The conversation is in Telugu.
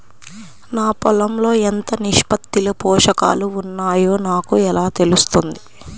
నా పొలం లో ఎంత నిష్పత్తిలో పోషకాలు వున్నాయో నాకు ఎలా తెలుస్తుంది?